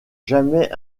jamais